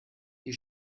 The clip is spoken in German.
die